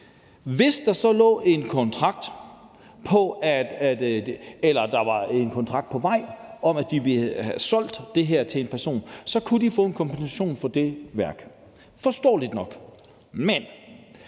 eller der var en kontrakt på vej om, at de havde solgt det til en person, kunne de få en kompensation for det værk – forståeligt nok.